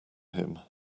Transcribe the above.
him